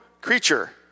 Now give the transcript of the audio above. creature